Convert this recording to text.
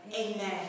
Amen